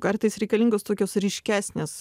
kartais reikalingos tokios ryškesnės